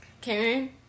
Karen